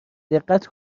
دقت